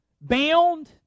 bound